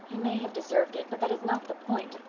he may have deserved it, but that is not the point.